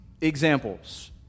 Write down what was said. examples